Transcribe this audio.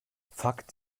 fakt